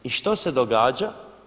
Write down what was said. I što se događa?